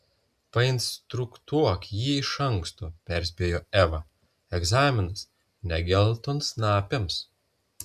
painstruktuok jį iš anksto perspėjo eva egzaminas ne geltonsnapiams